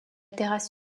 terrasse